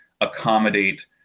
accommodate